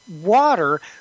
water